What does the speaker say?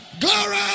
Glory